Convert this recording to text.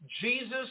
Jesus